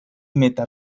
meta